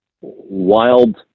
wild